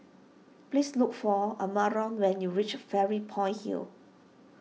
please look for Amarion when you reach Fairy Point Hill